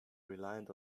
reliant